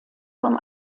vom